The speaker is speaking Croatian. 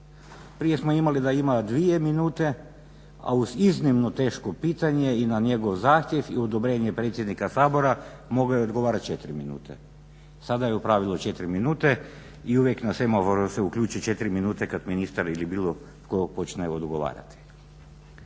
Prije smo imali da ima 2 minute, a uz iznimno teško pitanje i na njegov zahtjev i uz odobrenje predsjednika Sabora mogao je odgovarati 4 minute. Sada je u pravilu 4 minute. I uvijek na semaforu se uključi 4 minute kada ministar ili bilo tko počne odgovarati.